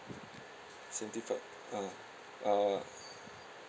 seventy-five ah ah